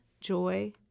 joy